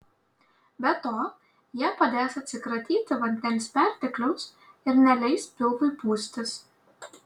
be to jie padės atsikratyti vandens pertekliaus ir neleis pilvui pūstis